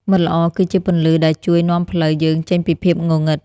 មិត្តល្អគឺជាពន្លឺដែលជួយនាំផ្លូវយើងចេញពីភាពងងឹត។